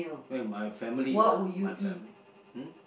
with my family lah my family hmm